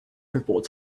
reports